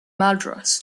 madras